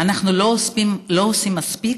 אנחנו לא עושים מספיק